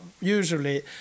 usually